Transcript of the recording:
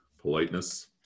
Politeness